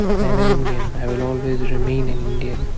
i am an indian. i will always remain an indian.